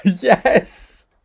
yes